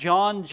John